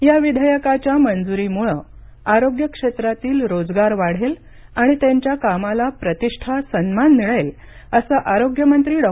या विधेयकाच्या मंजुरीमुळे आरोग्य क्षेत्रातील रोजगार वाढेल आणि त्यांच्या कामाला प्रतिष्ठा सन्मान मिळेल असं आरोग्यमंत्री डॉ